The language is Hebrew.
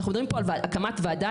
אנחנו מדברים פה על הקמת ועדה,